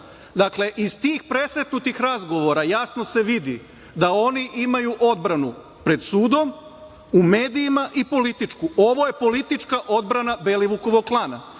plana. Iz tih presretnutih razgovora jasno se vidi da oni imaju odbranu pred sudom, u medijima i političku. Ovo je politička odbrana Belivukovog klana,